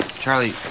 Charlie